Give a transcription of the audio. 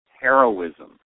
heroism